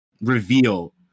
reveal